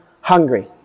hungry